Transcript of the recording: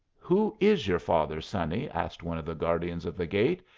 who is your father, sonny? asked one of the guardians of the gate.